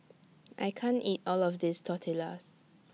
I can't eat All of This Tortillas